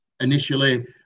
initially